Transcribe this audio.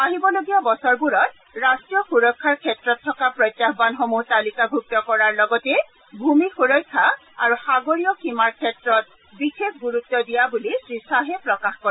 আহিবলগীয়া বছৰবোৰত ৰষ্ট্ৰীয় সুৰক্ষাৰ ক্ষেত্ৰত থকা প্ৰত্যাহানসমূহ তালিকাভূক্ত কৰাৰ লগতে ভূমি সুৰক্ষা আৰু সাগৰীয় সীমাৰ ক্ষেত্ৰত বিশেষ গুৰুত্ব দিয়া বুলি শ্ৰীয়াহে প্ৰকাশ কৰে